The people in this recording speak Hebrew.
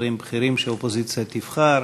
שרים בכירים שהאופוזיציה תבחר.